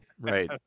right